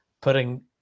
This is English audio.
putting